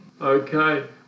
Okay